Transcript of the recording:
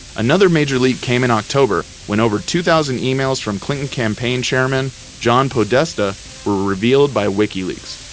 another major leak came in october when over two thousand emails from clinton campaign chairman john podesta were revealed by wikileaks.